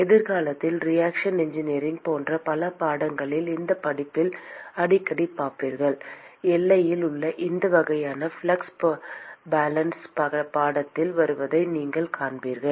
எதிர்காலத்தில் reaction engineering போன்ற பல பாடங்களில் இந்தப் படிப்பில் அடிக்கடி பார்ப்பீர்கள் எல்லையில் உள்ள இந்த வகையான ஃப்ளக்ஸ் பேலன்ஸ்கள் படத்தில் வருவதை நீங்கள் காண்பீர்கள்